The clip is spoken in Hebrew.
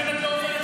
לכי כבר,